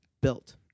built